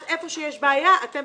ואז איפה שיש בעיה אתם